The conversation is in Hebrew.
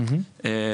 אז ככה,